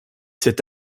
cet